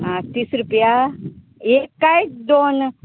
आं तीस रुपया एक कांय दोन